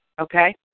Okay